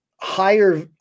higher